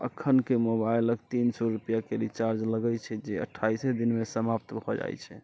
अखनके मोबाइलके तीन सए रूपैआके रिचार्ज लगैत छै जे अट्ठाइसे दिनमे समाप्त भऽ जाइत छै